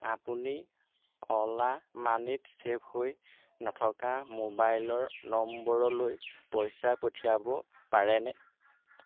আপুনি অ'লা মানিত চে'ভ হৈ নথকা ম'বাইল নম্বৰলৰ পইচা পঠিয়াব পাৰেনে